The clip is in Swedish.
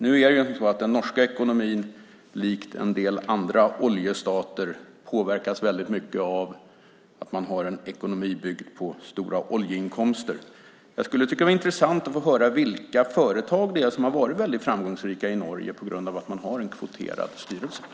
Nu är det ju så att den norska ekonomin, likt en del andra oljestaters, påverkas väldigt mycket av att den är byggd på stora oljeinkomster. Jag tycker att det skulle vara intressant att få höra vilka företag det är som har varit väldigt framgångsrika i Norge på grund av att man har kvoterade styrelser.